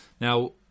Now